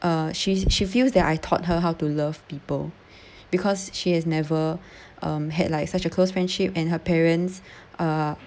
uh she's she feels that I taught her how to love people because she has never had um like such a close friendship and her parents uh